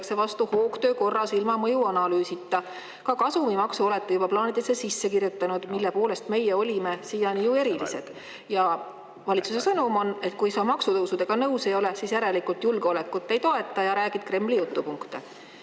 vastu hoogtöö korras, ilma mõjuanalüüsita. Ka kasumimaksu olete juba plaanidesse sisse kirjutanud, mille [puudumise] poolest meie olime siiani ju erilised. Ja valitsuse sõnum on, et kui sa maksutõusudega nõus ei ole, siis järelikult sa julgeolekut ei toeta ja räägid Kremli jutupunkte.